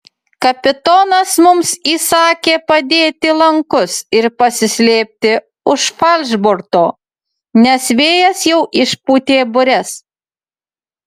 kapitonas mums įsakė padėti lankus ir pasislėpti už falšborto nes vėjas jau išpūtė bures